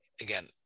again